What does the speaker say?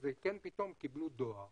פתאום קיבלו דואר.